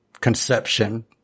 conception